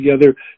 together